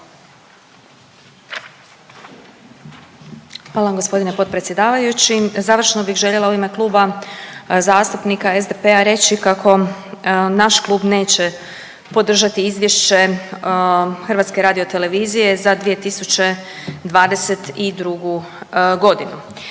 vam gospodine potpredsjedavajući. Završno bi željela u ime Kluba zastupnika SDP-a reći kako naš klub neće podržati izvješće HRT-a za 2022. godinu